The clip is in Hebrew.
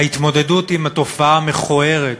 ההתמודדות עם התופעה המכוערת